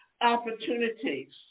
opportunities